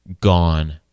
gone